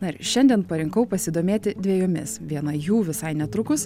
na ir šiandien parinkau pasidomėti dvejomis viena jų visai netrukus